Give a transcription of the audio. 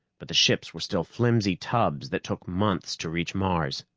but the ships were still flimsy tubs that took months to reach mars,